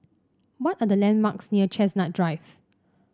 what are the landmarks near Chestnut Drive